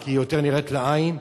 הוא יותר נראה לעין.